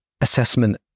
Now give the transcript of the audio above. assessment